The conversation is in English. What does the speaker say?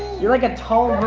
you're like a tall